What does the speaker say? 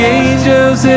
angels